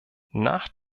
nach